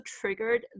triggered